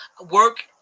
work